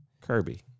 Kirby